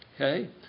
Okay